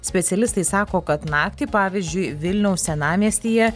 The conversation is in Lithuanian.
specialistai sako kad naktį pavyzdžiui vilniaus senamiestyje